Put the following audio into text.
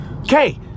Okay